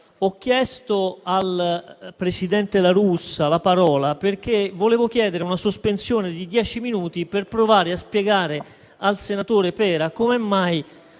la parola al presidente La Russa, perché volevo chiedere una sospensione di dieci minuti per provare a spiegare al senatore Pera come mai